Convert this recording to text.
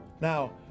Now